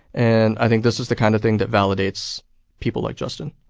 and i think this is the kind of thing that validates people like justin